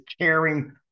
caring